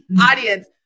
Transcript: audience